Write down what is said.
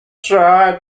tried